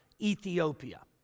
Ethiopia